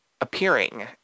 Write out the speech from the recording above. appearing